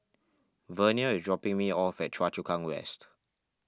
Vernia is dropping me off at Choa Chu Kang West